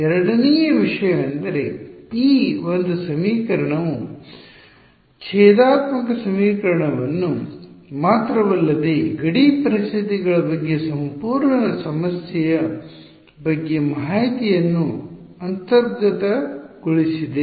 ಎರಡನೆಯ ವಿಷಯವೆಂದರೆ ಈ ಒಂದು ಸಮೀಕರಣವು ಭೇದಾತ್ಮಕ ಸಮೀಕರಣವನ್ನು ಮಾತ್ರವಲ್ಲದೆ ಗಡಿ ಪರಿಸ್ಥಿತಿಗಳ ಬಗ್ಗೆ ಸಂಪೂರ್ಣ ಸಮಸ್ಯೆಯ ಬಗ್ಗೆ ಮಾಹಿತಿಯನ್ನು ಅಂತರ್ಗತಗೊಳಿಸಿದೆ